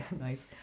Nice